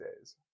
days